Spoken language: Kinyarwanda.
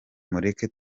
mureke